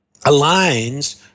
aligns